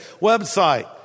website